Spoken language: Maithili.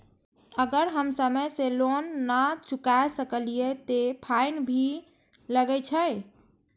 अगर हम समय से लोन ना चुकाए सकलिए ते फैन भी लगे छै?